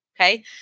Okay